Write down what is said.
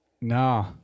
no